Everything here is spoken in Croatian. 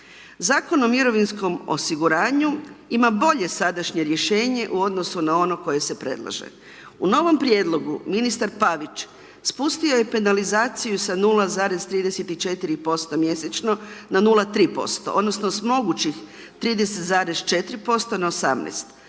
Zakon o mirovinskom osiguranju ima bolje sadašnje rješenje u odnosu na onom koje se predlože. U novom prijedlogu ministar Pavić, spustio je penalizaciju sa 0,34% mjesečno na 0,3%, odnosno mogućih 30,4% na 18.